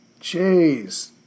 Jeez